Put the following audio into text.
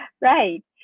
Right